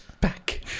back